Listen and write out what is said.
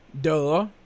Duh